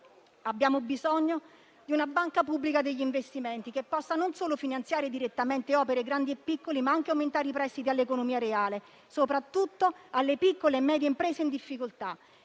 Abbiamo bisogno di una banca pubblica degli investimenti, che possa non solo finanziare direttamente opere grandi e piccole, ma anche aumentare i prestiti all'economia reale, soprattutto alle piccole e medie imprese in difficoltà.